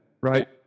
Right